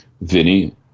Vinny